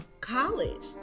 college